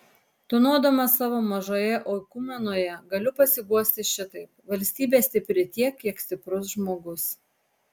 tūnodamas savo mažoje oikumenoje galiu pasiguosti šitaip valstybė stipri tiek kiek stiprus žmogus